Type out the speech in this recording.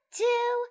two